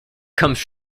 comes